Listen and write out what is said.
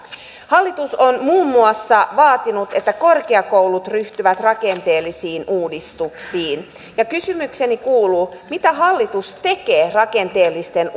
hallitus on muun muassa vaatinut että korkeakoulut ryhtyvät rakenteellisiin uudistuksiin kysymykseni kuuluu mitä hallitus tekee rakenteellisten